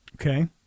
Okay